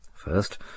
First